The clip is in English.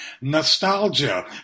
nostalgia